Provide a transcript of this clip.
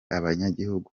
abanyagihugu